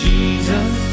Jesus